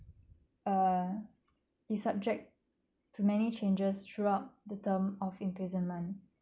uh it subjects to many changes throughout the term of imprisonment